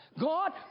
God